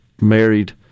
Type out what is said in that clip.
married